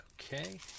Okay